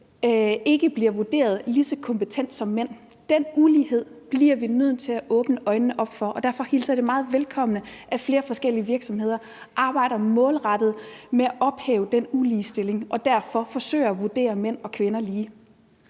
ikke bliver vurderet lige så kompetente som mænd. Den ulighed bliver vi nødt til at åbne øjnene for, og derfor hilser jeg det meget velkommen, at flere forskellige virksomheder arbejder målrettet med at ophæve den uligestilling og derfor forsøger at vurdere mænd og kvinder lige.